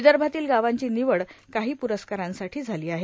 विदर्भातील गावांची निवड काही प्रस्कारांसाठी झाली आहे